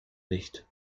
nicht